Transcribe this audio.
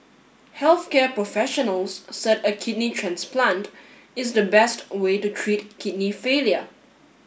health care professionals said a kidney transplant is the best way to treat kidney failure